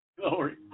Glory